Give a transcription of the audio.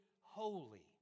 holy